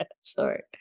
Sorry